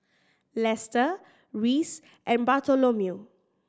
Lester Reece and Bartholomew